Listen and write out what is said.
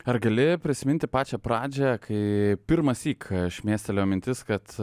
ar gali prisiminti pačią pradžią kai pirmąsyk šmėstelėjo mintis kad